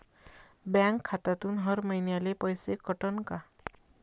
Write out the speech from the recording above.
Bank खात्यातून हर महिन्याले पैसे कटन का?